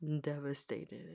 devastated